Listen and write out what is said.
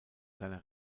seiner